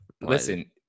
Listen